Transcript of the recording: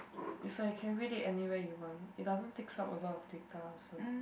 is like can read that anywhere you want it doesn't take some a lot of data also